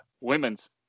women's